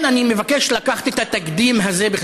שם היו דיבורים באוניברסיטה על רקע עמדתו נגד הקהילה הלה"טבית.